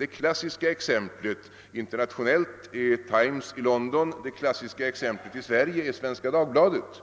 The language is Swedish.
Ett klassiskt internationellt exempel där är Times i London; det klassiska exemplet i Sverige är Svenska Dagbladet,